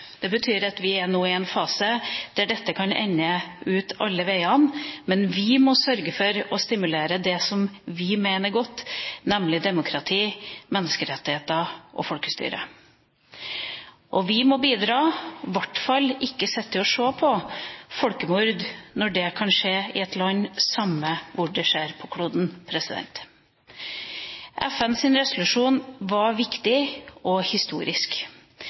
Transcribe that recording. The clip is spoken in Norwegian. Vi er nå i en fase der dette kan gå alle veier. Men vi må sørge for å stimulere til det vi mener er godt, nemlig demokrati, menneskerettigheter og folkestyre. Vi må bidra – og i hvert fall ikke sitte og se på at folkemord skjer i et land, uansett hvor på kloden det skjer. FNs resolusjon var viktig og historisk.